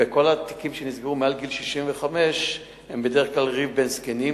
וכל התיקים שנסגרו מעל גיל 65 הם בדרך כלל ריב בין זקנים,